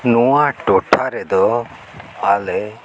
ᱱᱚᱣᱟ ᱴᱚᱴᱷᱟ ᱨᱮᱫᱚ ᱟᱞᱮ